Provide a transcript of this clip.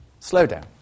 slowdown